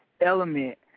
element